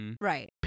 Right